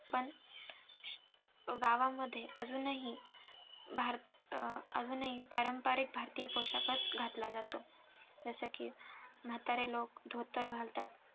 पण गावामध्ये अजूनही भार अजूनही पारंपरिक भारतीय पोषाखच घातला जातो जसं की म्हातारे लोक धोतर घालतात